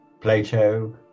Plato